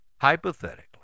Hypothetically